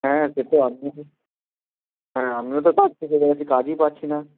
হ্যাঁ সে তো আপনি হ্যাঁ আমিও তো পড়ে আছি কাজই পাচ্ছি না